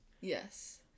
yes